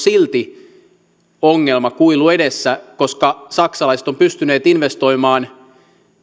silti ongelmakuilu edessä koska saksalaiset ovat pystyneet investoimaan